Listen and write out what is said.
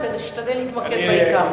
אז תשדל להתמקד בעיקר.